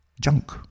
junk